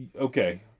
Okay